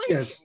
Yes